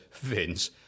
Vince